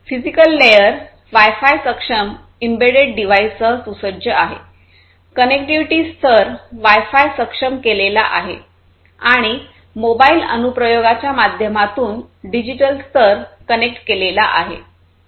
physical layer wifi सक्षम embedded डिव्हाइससह सुसज्ज आहे कनेक्टिव्हिटी स्तर वाय फाय सक्षम केलेला आहे आणि मोबाइल अनुप्रयोगांच्या माध्यमातून डिजिटल स्तर कनेक्ट केलेला आहे